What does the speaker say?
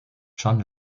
john